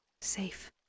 Safe